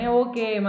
okay